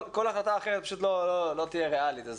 כל החלטה אחרת פשוט לא תהיה ריאלית.